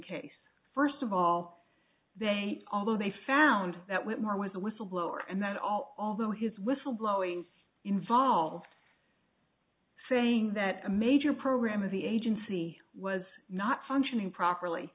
case first of all they although they found that whitmore was a whistleblower and that all although his whistleblowing involved saying that a major program of the agency was not functioning properly